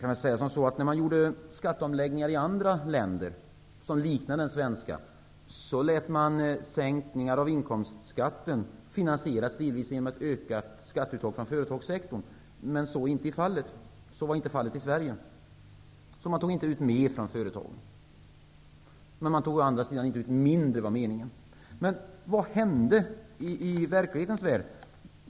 När man gjorde skatteomläggningar i andra länder med system som liknar det svenska, lät man sänkningar av inkomstskatten delvis finansieras genom ett ökat skatteuttag från företagssektorn. Men så var inte fallet i Sverige. Man tog inte ut mer från företagen. Men det var å andra sidan meningen att man inte skulle ta ut mindre. Vad hände i verklighetens värld?